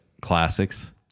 classics